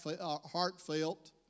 heartfelt